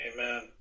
Amen